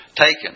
taken